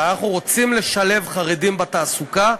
שאנחנו רוצים לשלב חרדים בתעסוקה,